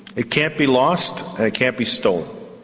it can't be lost and it can't be stolen.